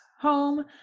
home